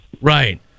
Right